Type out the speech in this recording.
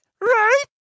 Right